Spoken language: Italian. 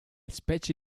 specie